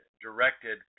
directed